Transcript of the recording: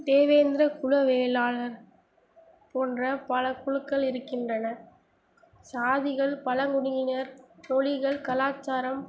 தேவேந்திரகுல வேளாளர் போன்ற பல குழுக்கள் இருக்கின்றன சாதிகள் பழங்குடியினர் மொழிகள் கலாச்சாரம்